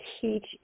teach